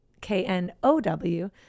K-N-O-W